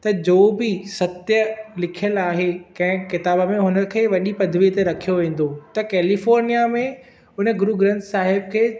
त जो बि सत्य लिखियलु आहे कंहिं किताब में हुन खे वॾी पदवी ते रखियो वेंदो त कैलिफ़ोर्निया में हुन गुरु ग्रंथ साहिब खे